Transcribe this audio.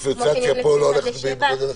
הדיפרנציאציה פה לא --- גודל השטח.